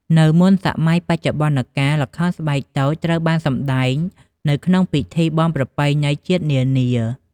នៅមុនសម័យបច្ចុប្បន្នកាល ល្ខោនស្បែកតូចត្រូវបានសម្តែងនៅក្នុងពិធីបុណ្យប្រពៃណីជាតិនានា ។